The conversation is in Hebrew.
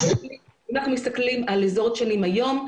אם אנחנו מסתכלים על אזור דשנים היום,